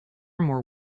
more